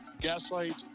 Gaslight